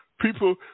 People